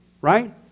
right